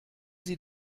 sie